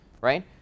right